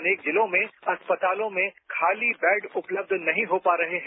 अनेक जिलों में अस्पतालों में खाली बेड उपलब्ध नहीं हो पा रहे हैं